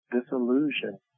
disillusion